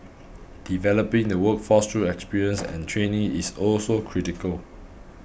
developing the workforce through experience and training is also critical